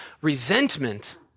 resentment